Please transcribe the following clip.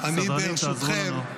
סדרנים, תעזרו לנו.